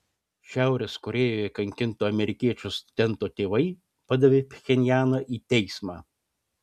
šiaurės korėjoje kankinto amerikiečių studento tėvai padavė pchenjaną į teismą